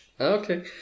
Okay